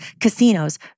casinos